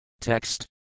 Text